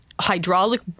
hydraulic